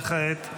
וכעת?